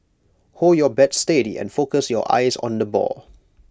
hold your bat steady and focus your eyes on the ball